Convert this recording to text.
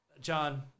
John